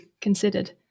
considered